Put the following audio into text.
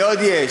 מי עוד יש?